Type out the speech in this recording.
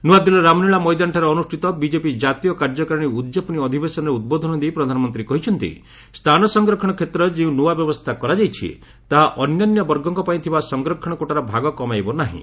ନୂଆଦିଲ୍ଲୀର ରାମଲୀଳା ମଇଦାନଠାରେ ଅନ୍ଦୁଷ୍ଠିତ ବିଜେପି ଜାତୀୟ କାର୍ଯ୍ୟକାରିଣୀ ଉଦ୍ଯାପନ ଅଧିବେଶନରେ ଉଦ୍ବୋଧନ ଦେଇ ପ୍ରଧାନମନ୍ତ୍ରୀ କହିଛନ୍ତି ସ୍ଥାନ ସଂରକ୍ଷଣ କ୍ଷେତ୍ରରେ ଯେଉଁ ନୂଆ ବ୍ୟବସ୍ଥା କରାଯାଇଛି ତାହା ଅନ୍ୟାନ୍ୟ ବର୍ଗଙ୍କ ପାଇଁ ଥିବା ସଂରକ୍ଷଣ କୋଟାର ଭାଗ କମାଇବ ନାହିଁ